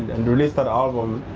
and released an album,